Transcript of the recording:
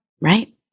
right